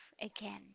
again